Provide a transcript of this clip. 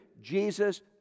Jesus